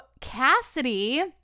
Cassidy